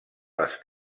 les